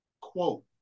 quote